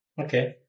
Okay